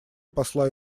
посла